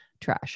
trash